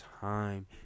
time